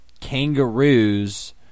kangaroos